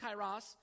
kairos